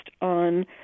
on